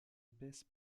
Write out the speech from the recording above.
épaisse